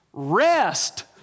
Rest